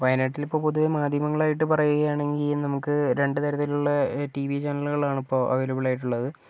വയനാട്ടിലിപ്പോൾ പൊതുവെ മാധ്യമങ്ങളായിട്ട് പറയുകയാണെങ്കിൽ നമുക്ക് രണ്ടുതരത്തിലുള്ള ടിവി ചാനലുകളാണ് ഇപ്പൊൾ അവൈലബിൾ ആയിട്ടുള്ളത്